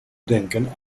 denken